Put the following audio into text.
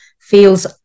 feels